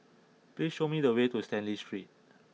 please show me the way to Stanley Street